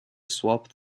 swapped